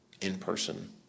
in-person